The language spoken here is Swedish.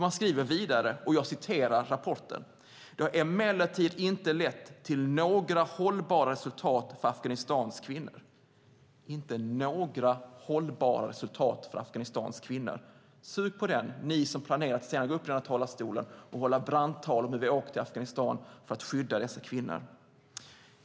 Man skriver: "Det har emellertid inte lett till några hållbara resultat för afghanska kvinnor." Sug på det, ni som planerar att gå upp i talarstolen och hålla brandtal om hur vi har åkt till Afghanistan för att skydda kvinnorna där.